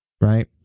right